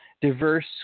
diverse